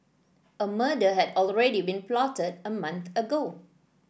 a murder had already been plotted a month ago